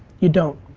you don't.